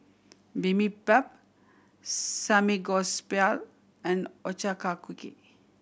Bibimbap Samgeyopsal and Ochazuke